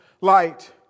light